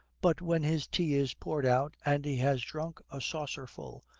but when his tea is poured out, and he has drunk a saucerful,